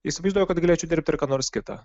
įsivaizduoju kad galėčiau dirbt ir ką nors kita